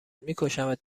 میکشمت